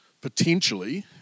potentially